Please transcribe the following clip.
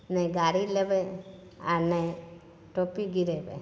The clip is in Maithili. नहि गाड़ी लेबै आ नहि ओ टी पी गिरेबै